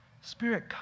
Spirit